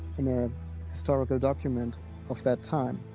in a historical document of that time.